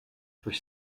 durch